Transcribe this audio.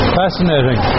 fascinating